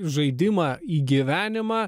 žaidimą į gyvenimą